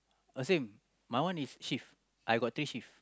uh same my one is shift I got three shift